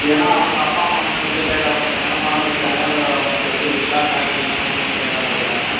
ஏன்னால் அவங்க அப்பா அம்மா வந்து அதுக்குள்ள கேட்க ஆரம்பித்துட்டாங்க ஏன்னால் பணம் கட்டிட்டாங்க அவங்க டிரஸ் இல்லைங்களா பேக் இல்லைங்களான்னு ஒன்று ஒன்றா கேட்க ஆரம்பிக்கிறாங்க